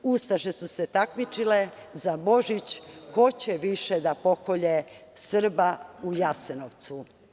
Ustaše su se takmičile za Božić, ko će više da pokolje Srba u Jasenovcu.